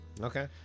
Okay